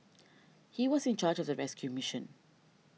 he was in charge of the rescue mission